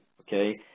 okay